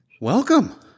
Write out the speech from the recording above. welcome